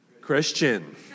Christian